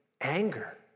anger